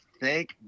thank